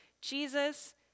Jesus